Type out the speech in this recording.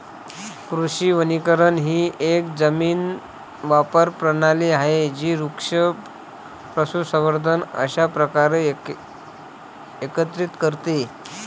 कृषी वनीकरण ही एक जमीन वापर प्रणाली आहे जी वृक्ष, पशुसंवर्धन अशा प्रकारे एकत्रित करते